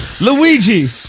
Luigi